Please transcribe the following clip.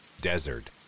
desert